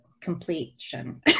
completion